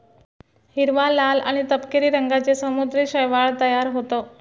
हिरवा, लाल आणि तपकिरी रंगांचे समुद्री शैवाल तयार होतं